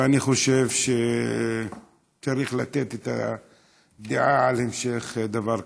ואני חושב שצריך לתת את הדעת על המשך דבר כזה.